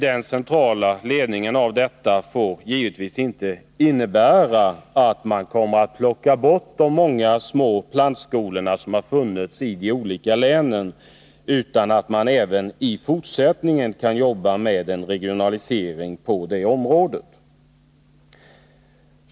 Den centrala ledningen av denna verksamhet får givetvis inte innebära att man plockar bort de många små plantskolor som funnits i de olika länen, utan man måste även i fortsättningen kunna jobba regionalt på det här området.